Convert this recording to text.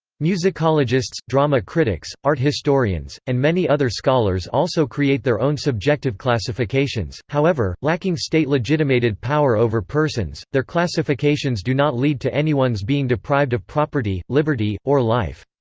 musicologists, drama critics, art historians, and many other scholars also create their own subjective classifications however, lacking state-legitimated power over persons, their classifications do not lead to anyone's being deprived of property, liberty, or life.